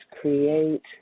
create